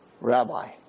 Rabbi